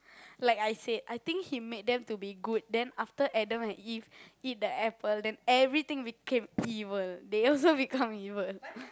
like I said I think he made them to be good then after Adam and Eve eat the apple then everything became evil they also become evil